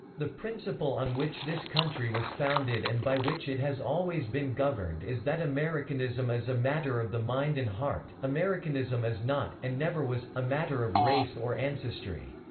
the principle on which this country was founded and by which it has always been governed is that americanism is a matter of the mind and heart americanism is not, and never was, a matter of race or ancestry.